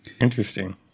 Interesting